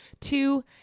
Two